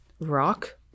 rock